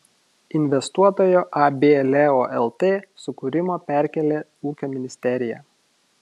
investuotojo ab leo lt sukūrimo perkėlė ūkio ministerija